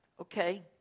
okay